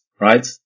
right